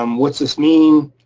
um what's this mean?